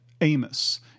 Amos